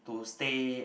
to stay